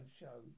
show